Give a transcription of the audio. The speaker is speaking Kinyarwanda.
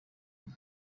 imwe